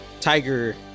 Tiger